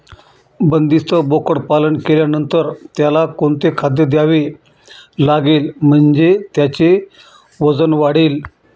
बंदिस्त बोकडपालन केल्यानंतर त्याला कोणते खाद्य द्यावे लागेल म्हणजे त्याचे वजन वाढेल?